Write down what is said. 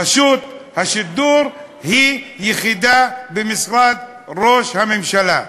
רשות השידור היא יחידה במשרד ראש הממשלה.